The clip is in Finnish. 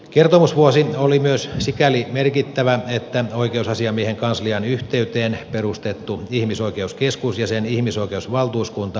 kertomusvuosi oli myös sikäli merkittävä että oikeusasiamiehen kanslian yhteyteen perustettu ihmisoikeuskeskus ja sen ihmisoikeusvaltuuskunta aloittivat toimintansa